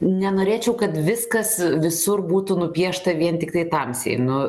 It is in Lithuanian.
nenorėčiau kad viskas visur būtų nupiešta vien tiktai tamsiai nu